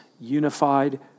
unified